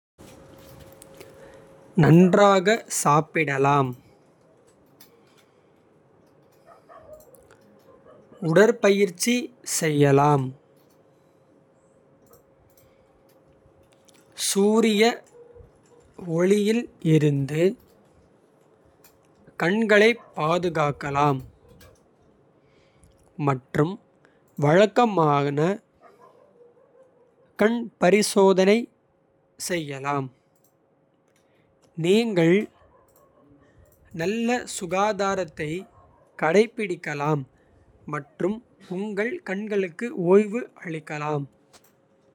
நன்றாக சாப்பிடலாம் உடற்பயிற்சி செய்யலாம். சூரிய ஒளியில் இருந்து கண்களைப் பாதுகாக்கலாம். மற்றும் வழக்கமான கண் பரிசோதனை செய்யலாம். நீங்கள் நல்ல சுகாதாரத்தை கடைபிடிக்கலாம் மற்றும். உங்கள் கண்களுக்கு ஓய்வு அளிக்கலாம்.